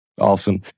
Awesome